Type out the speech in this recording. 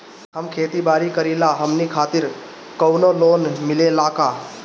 हम खेती बारी करिला हमनि खातिर कउनो लोन मिले ला का?